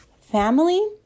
family